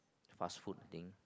fast food thing